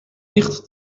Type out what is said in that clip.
nicht